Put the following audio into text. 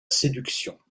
séduction